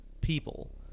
people